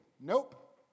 Nope